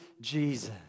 Jesus